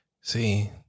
See